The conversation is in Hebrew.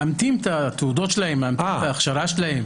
מאמתים את התעודות שלהם, מאמתים את ההכשרה שלהם.